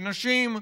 ונשים,